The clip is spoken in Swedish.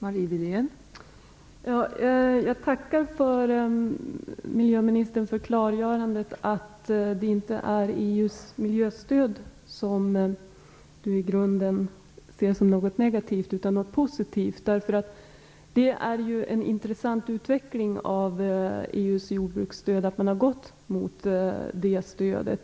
Fru talman! Jag tackar miljöministern för klargörandet att hon inte ser EU:s miljöstöd i grunden som något negativt utan som något positivt. Det är en intressant utveckling av EU:s jordbruksstöd.